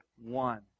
one